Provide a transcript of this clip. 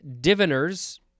diviners